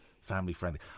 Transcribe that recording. family-friendly